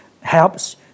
helps